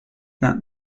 that